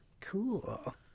cool